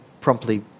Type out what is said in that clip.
promptly